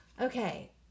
okay